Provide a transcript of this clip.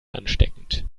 ansteckend